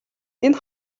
энэ